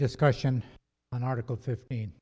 discussion on article fifteen